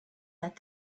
that